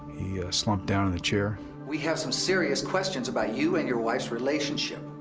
he slumped down in the chair. we have some serious questions about you and your wife's relationship.